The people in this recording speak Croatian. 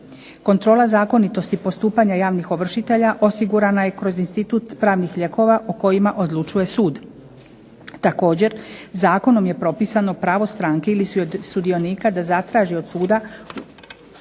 Kontrola zakonitosti postupanja javnih ovršitelja osigurana je kroz institut pravnih lijekova o kojima odlučuje sud. Također zakonom je propisano pravo stranke ili sudionika da zatraži od suda